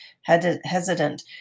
hesitant